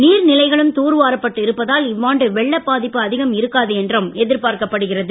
நீர் நிலைகளும் தூர்வாரப்பட்டு இருப்பதால் இவ்வாண்டு வெள்ளப் பாதிப்பு அதிகம் இருக்காது என்றும் எதிர்ப்பார்க்கப்படுகிறது